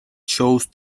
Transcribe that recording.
chose